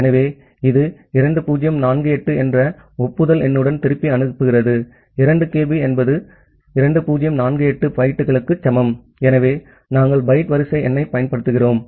ஆகவே இது 2048 என்ற ஒப்புதல் எண்ணுடன் திருப்பி அனுப்புகிறது 2kB என்பது 2048 பைட்டுகளுக்கு சமம் ஆகவே நாம் பைட் வரிசை எண்ணைப் பயன்படுத்துகிறோம்